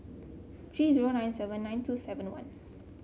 three zero nine seven nine two seven one